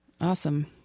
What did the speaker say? Awesome